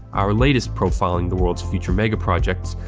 our latest profiling the world's future megaprojects,